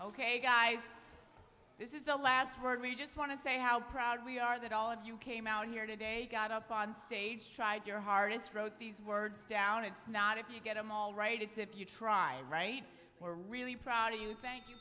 ok guys this is the last word we just want to say how proud we are that all of you came out here today got up on stage tried your hardest wrote these words down it's not if you get them all right it's if you tried right we're really proud of you thank you